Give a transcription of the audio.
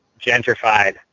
gentrified